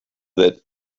that